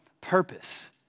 purpose